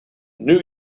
new